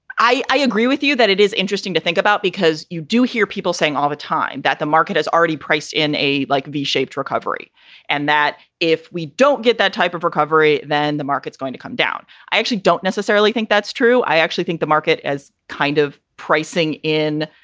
i i agree with you that it is interesting to think about because you do hear people saying all the time that the market has already priced in a like v shaped recovery and that if we don't get that type of recovery, then the market's going to come down. i actually don't necessarily think that's true. i actually think the market is kind of pricing in